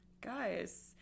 guys